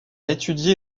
étudié